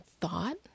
thought